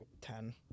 Ten